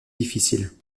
difficiles